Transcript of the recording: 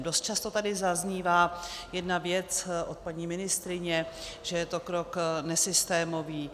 Dost často tady zaznívá jedna věc od paní ministryně, že je to krok nesystémový.